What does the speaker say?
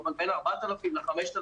זה בין 4,000 ל-5,000,